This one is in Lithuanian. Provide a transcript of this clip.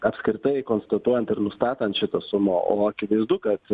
apskritai konstatuojant ir nustatant šitą sumą o akivaizdu kad